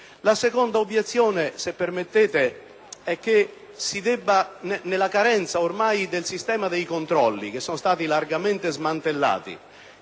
La seconda obiezione, se permettete, è che, nella carenza ormai del sistema dei controlli, che sono stati largamente smantellati,